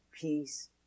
peace